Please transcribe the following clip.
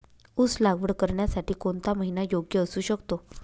ऊस लागवड करण्यासाठी कोणता महिना योग्य असू शकतो?